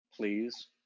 Please